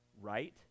right